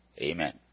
Amen